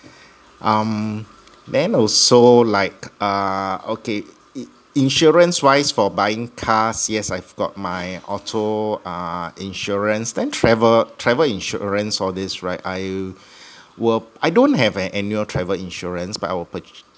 um then also like uh okay in insurance wise for buying car yes I've got my auto uh insurance then travel travel insurance all this right I will I don't have an annual travel insurance but I will pur~